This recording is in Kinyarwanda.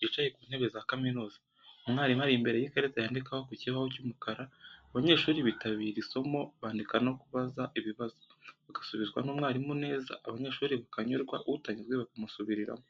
bicaye ku ntebe za kaminuza. Umwarimu ari imbere y’ikarita yandikaho ku kibaho cy’umukara, abanyeshuri bitabira isomo, bandika no kubaza ibibazo, bagasubizwa na mwarimu neza abanyeshuri bakanyurwa, utanyuzwe bakamusubiriramo.